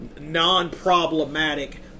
non-problematic